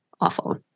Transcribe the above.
awful